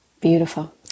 Beautiful